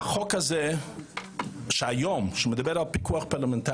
הלוואי והיה חוק שהיה מדבר על פיקוח פרלמנטרי